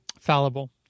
fallible